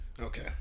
Okay